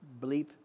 bleep